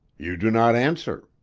you do not answer.